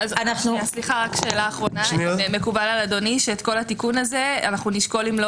מקובל על אדוני שאת כל התיקון הזה נשקול אם לא